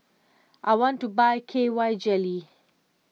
I want to buy K Y Jelly